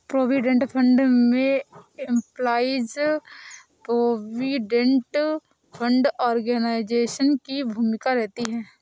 provident fund में employees provident fund organisation की भूमिका रहती है